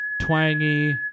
twangy